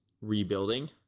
rebuilding